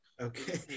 Okay